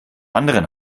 anderen